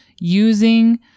using